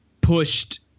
pushed